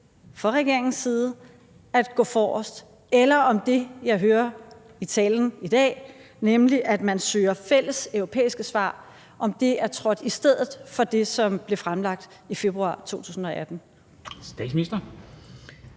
fra regeringens side at gå forrest, eller om det, jeg hører i talen i dag, nemlig at man søger fælles europæiske svar, er trådt i stedet for det, som blev fremlagt i februar 2018.